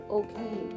okay